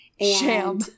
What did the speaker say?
Sham